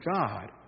God